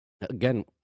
Again